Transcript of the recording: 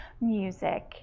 music